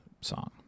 song